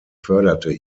förderte